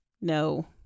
no